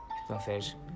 Entonces